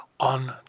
On